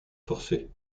forcée